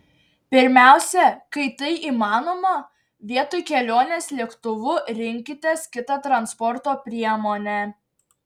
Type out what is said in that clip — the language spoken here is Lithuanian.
pirmiausia kai tai įmanoma vietoj kelionės lėktuvu rinkitės kitą transporto priemonę